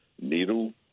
needle